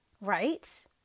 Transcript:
Right